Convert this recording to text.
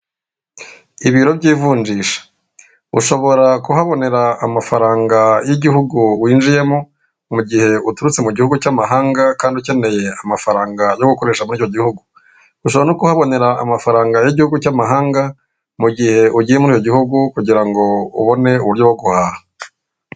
Ibiro by'ivunjisha ushobora kuhabonera amafaranga y'igihugu winjiyemo, mugihe uturutse mu gihugu cy'amahanga kandi ukeneye amafaranga yo gukoresha muri icyo gihugu. Ushobora no kuhabonera amafaranga y'igihugu cy'amahanga, mugihe ugiye muri icyo gihugu kugira ngo ubone uburyo bwo guhaha.